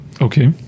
Okay